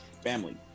family